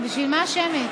בשביל מה שמית?